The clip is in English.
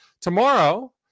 tomorrow